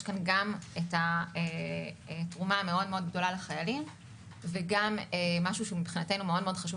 יש בזה תרומה מאוד גדולה לחיילים ומבחינתנו גם משהו שחשוב